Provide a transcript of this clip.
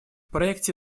проекте